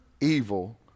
evil